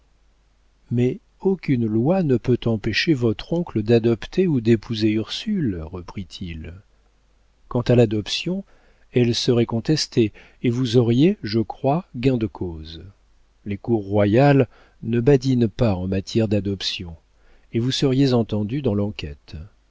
mais aucune loi ne peut empêcher votre oncle d'adopter ou d'épouser ursule reprit-il quant à l'adoption elle serait contestée et vous auriez je crois gain de cause les cours royales ne badinent pas en matière d'adoption et vous seriez entendus dans l'enquête